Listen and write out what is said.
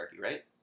right